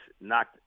knocked –